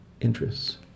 interests